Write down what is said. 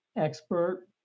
expert